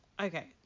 Okay